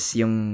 yung